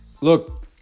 look